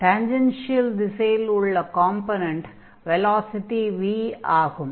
tangential திசையில் உள்ள component velocity v ஆகும்